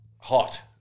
Hot